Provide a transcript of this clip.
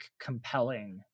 compelling